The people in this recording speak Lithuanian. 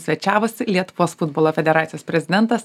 svečiavosi lietuvos futbolo federacijos prezidentas